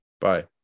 Bye